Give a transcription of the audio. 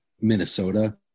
Minnesota